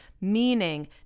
meaning